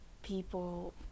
People